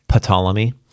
Ptolemy